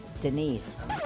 Denise